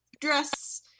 dress